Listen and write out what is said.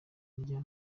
rya